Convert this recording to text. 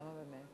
כמה באמת?